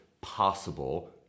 possible